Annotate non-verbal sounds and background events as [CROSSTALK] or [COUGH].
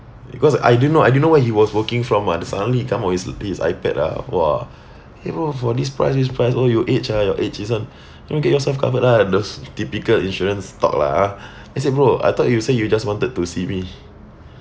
because I didn't know I didn't know where he was working from [one] then suddenly he come out his his iPad ah !wah! [BREATH] !hey! bro for this price this price oh your age ah your age this [one] [BREATH] go get yourself covered lah those typical insurance talk lah ah I say bro I thought you say you just wanted to see me